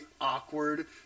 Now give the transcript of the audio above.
awkward